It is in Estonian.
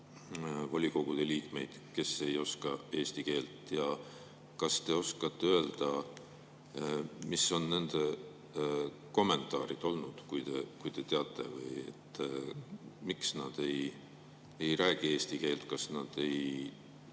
volikogude liikmeid, kes ei oska eesti keelt. Ja kas te oskate öelda, mis on nende kommentaarid olnud, miks nad ei räägi eesti keelt? Kas nad ei